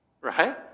right